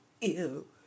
Ew